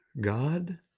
God